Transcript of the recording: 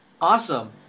Awesome